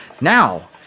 Now